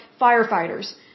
firefighters